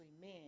men